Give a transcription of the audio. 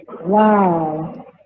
wow